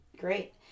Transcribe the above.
Great